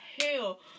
hell